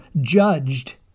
judged